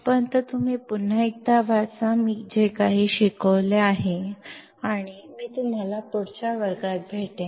तोपर्यंत तुम्ही पुन्हा एकदा वाचा मी जे काही शिकवले आहे आणि मी तुम्हाला पुढच्या वर्गात भेटू